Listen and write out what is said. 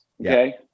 okay